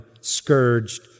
scourged